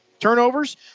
Turnovers